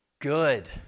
good